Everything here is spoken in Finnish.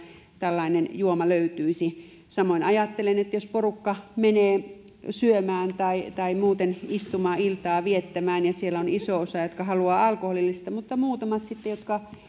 tällainen juoma löytyisi samoin ajattelen että jos porukka menee syömään tai tai muuten istumaan iltaa viettämään ja siellä on iso osa jotka haluavat alkoholillista mutta muutamat sitten jotka